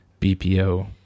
BPO